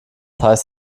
heißt